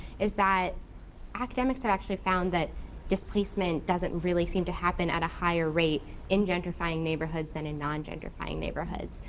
is that academics have actually found that displacement doesn't really seem to happen at a higher rate in gentrifying neighborhoods than in non gentrifying neighborhoods.